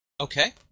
Okay